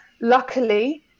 Luckily